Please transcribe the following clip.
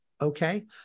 Okay